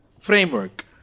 framework